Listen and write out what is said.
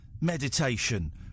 meditation